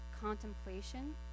contemplation